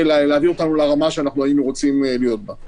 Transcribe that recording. להביא אותנו לרמה שהיינו רוצים להיות בה.